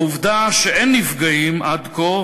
העובדה שאין נפגעים עד כה,